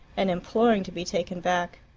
and imploring to be taken back.